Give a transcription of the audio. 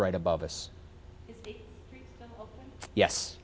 right above us yes